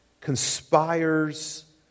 conspires